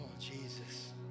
Jesus